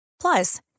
Plus